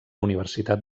universitat